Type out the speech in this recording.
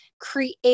create